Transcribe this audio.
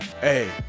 hey